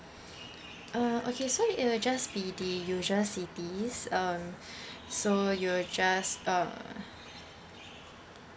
uh okay so it will just be the usual cities um so you will just uh